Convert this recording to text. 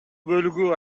бөлүгү